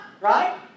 Right